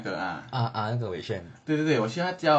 ah ah 那个 wei xuan ah